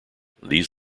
these